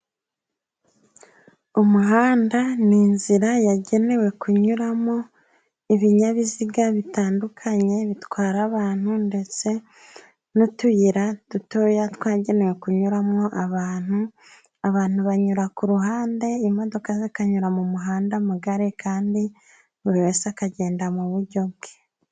Umuhanda ni inzira yagenewe kunyuramo ibinyabiziga bitandukanye bitwara abantu, ndetse n'utuyira dutoya twagenewe kunyuramo abantu. Abantu banyura ku ruhande, imodoka zikanyura mu muhanda mugari, kandi buri wese akagenda mu buryo bwe.